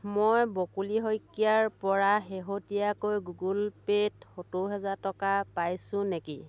মই বকুলী শইকীয়াৰ পৰা শেহতীয়াকৈ গুগল পে'ত সত্তৰ হাজাৰ টকা পাইছোঁ নেকি